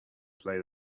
play